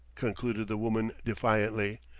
concluded the woman defiantly.